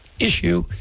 issue